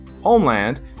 homeland